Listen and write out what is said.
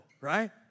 right